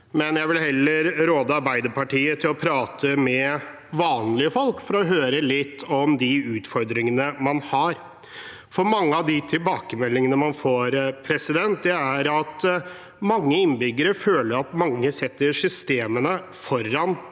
men jeg vil heller råde Arbeiderpartiet til å prate med vanlige folk for å høre litt om utfordringene man har. Mange av tilbakemeldingene man får, er at mange innbyggere føler at man setter systemene foran